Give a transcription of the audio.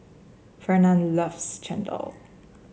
Fernand loves chendol